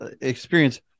experience